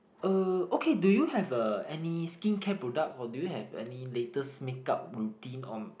uh okay do you have a any skin care products or do you have any latest make up routine or